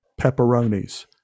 pepperonis